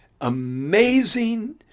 amazing